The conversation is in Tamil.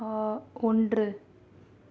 ஆ ஒன்று